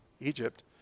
Egypt